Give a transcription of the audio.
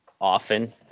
often